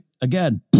again